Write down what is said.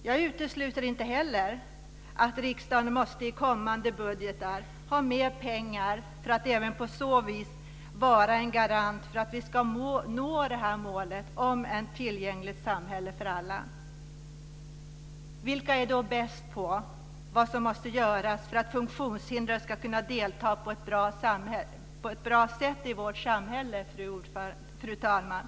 Jag utesluter inte heller att riksdagen i kommande budgetar måste ha med pengar för att även på så vis vara en garant för att vi ska nå målet om ett tillgängligt samhälle för alla. Vilka är då bäst på att förstå vad som måste göras för att funktionshindrade ska kunna delta på ett bra sätt i vårt samhälle, fru talman?